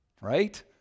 right